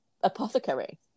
apothecary